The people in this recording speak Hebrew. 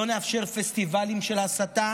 לא נאפשר פסטיבלים של הסתה